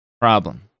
problem